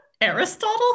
Aristotle